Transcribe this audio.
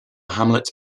hamlet